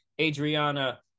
Adriana